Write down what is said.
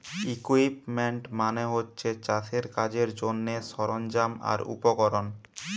equipment মানে হচ্ছে চাষের কাজের জন্যে সরঞ্জাম আর উপকরণ